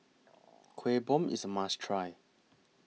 Kueh Bom IS A must Try